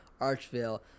Archville